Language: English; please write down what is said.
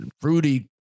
fruity